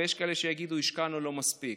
ויש כאלה שיגידו שהשקענו לא מספיק.